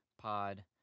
pod